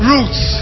Roots